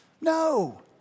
No